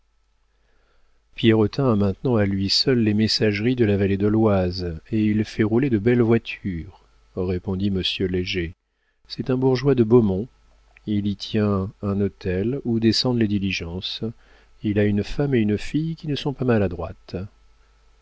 a maintenant à lui seul les messageries de la vallée de l'oise et il fait rouler de belles voitures répondit monsieur léger c'est un bourgeois de beaumont il y tient un hôtel où descendent les diligences il a une femme et une fille qui ne sont pas maladroites